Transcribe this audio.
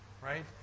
right